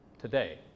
today